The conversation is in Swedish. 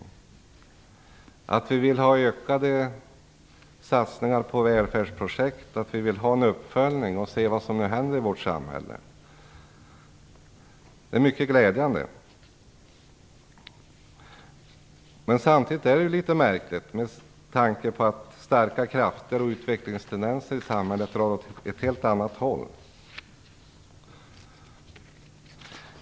Det är mycket glädjande att vi vill ha ökade satsningar på välfärdsprojekt och en uppföljning av vad som händer i vårt samhälle. Men samtidigt är det litet märkligt med tanke på att starka krafter och utvecklingstendenser i samhället drar åt ett helt annat håll.